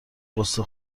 غصه